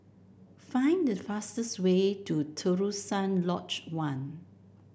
find the fastest way to Terusan Lodge One